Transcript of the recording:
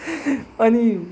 अनि